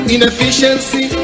inefficiency